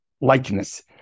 likeness